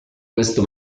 questo